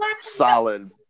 solid